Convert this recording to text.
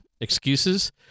excuses